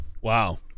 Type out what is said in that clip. Wow